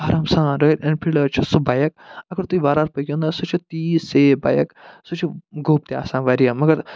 آرام سان Royal Enfield حظ چھُ سُہ بایک اگر تُہۍ وار وار پٔکِو نَہ حظ سُہ چھِ تیٖژ سیف بایک سُہ چھِ گوٚب تہِ آسان وارِیاہ مگر